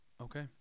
Okay